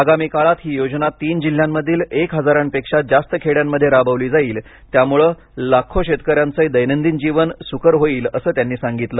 आगामी काळात ही योजना तीन जिल्ह्यांमधील एक हजारांपेक्षा जास्त खेड्यांमध्ये राबवली जाईल त्यामुळे लाखो शेतकऱ्यांचं दैनंदिन जीवन सुकर होईल असं त्यांनी सांगितलं